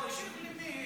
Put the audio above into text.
מי מקשיב למי?